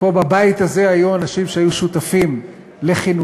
שפה בבית הזה היו אנשים שהיו שותפים לכינונם,